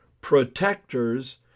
protectors